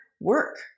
work